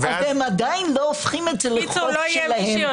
הם עדיין לא הופכים את זה לחוק שלהם.